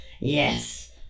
yes